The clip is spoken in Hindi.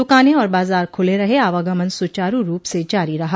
दुकाने और बाजार खुले रहे आवागमन सुचारू रूप से जारी रहा